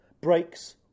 breaks